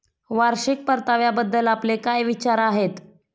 वार्षिक परताव्याबद्दल आपले काय विचार आहेत?